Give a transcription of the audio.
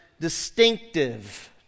distinctive